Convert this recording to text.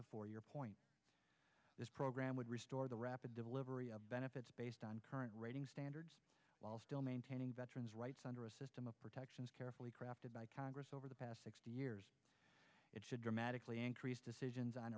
the for your point this program would restore the rapid delivery of benefits based on current rating standards while still maintaining veterans rights under a emma protections carefully crafted by congress over the past sixty years to dramatically increase decisions on